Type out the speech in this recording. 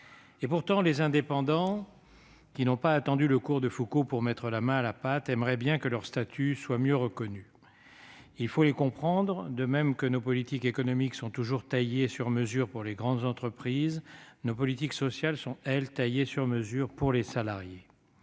Et pourtant, les indépendants, qui n'ont pas attendu le cours de Foucault pour mettre la main à la pâte, aimeraient bien que leur statut soit mieux reconnu. Il faut les comprendre : de même que nos politiques économiques sont toujours taillées sur mesure pour les grandes entreprises, nos politiques sociales, elles, sont taillées sur mesure pour les salariés.